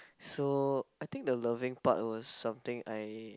so I think the loving part was something I